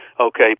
Okay